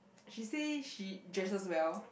she say she dresses well